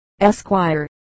Esquire